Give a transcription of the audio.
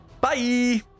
bye